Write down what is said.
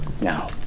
Now